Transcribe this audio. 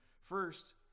First